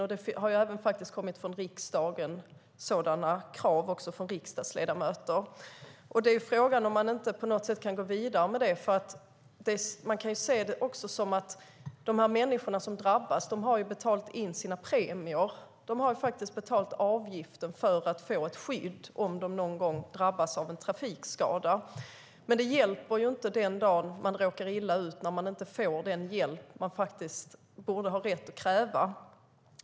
Sådana krav har kommit också från riksdagens ledamöter. Frågan är om man inte på något sätt kan gå vidare med det. Man kan se det som att de människor som drabbas har betalat in sina premier. De har betalat avgifter för att få ett skydd om de någon gång drabbas av en trafikskada. Men det hjälper inte den dag man råkar illa ut när man inte får den hjälp man borde ha rätt att kräva.